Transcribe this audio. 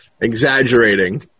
exaggerating